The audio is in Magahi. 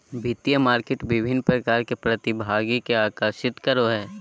वित्तीय मार्केट विभिन्न प्रकार के प्रतिभागि के आकर्षित करो हइ